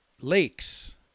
lakes